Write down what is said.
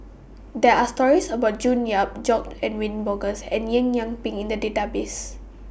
There Are stories about June Yap George Edwin Bogaars and Eng Yee Peng in The Database